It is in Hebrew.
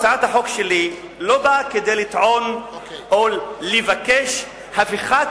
הצעת החוק שלי לא באה לטעון או לבקש הפיכת